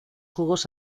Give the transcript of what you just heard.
juegos